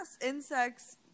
insects